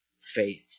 faith